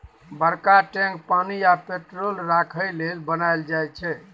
बरका टैंक पानि आ पेट्रोल राखय लेल बनाएल जाई छै